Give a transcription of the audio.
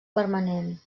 permanent